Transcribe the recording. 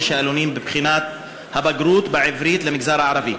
שאלונים בבחינת הבגרות בעברית למגזר הערבי,